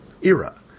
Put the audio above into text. era